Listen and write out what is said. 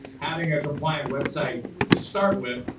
having a compliant website to start with,